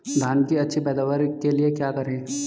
धान की अच्छी पैदावार के लिए क्या करें?